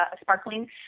sparkling